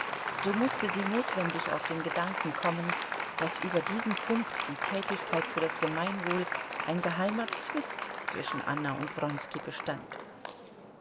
so mußte sie notwendig auf den gedanken kommen daß über diesen punkt die tätigkeit für das gemeinwohl ein geheimer zwist zwischen anna und wronski bestand